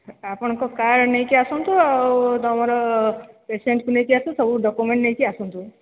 ଆପଣଙ୍କ କାର୍ଡ୍ ନେଇକି ଆସନ୍ତୁ ଆଉ ତୁମର ପେସେଣ୍ଟ୍କୁ ନେଇକି ଆସ ସବୁ ଡକ୍ୟୁମେଣ୍ଟ ନେଇକି ଆସନ୍ତୁ